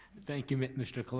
thank you, mr. colon.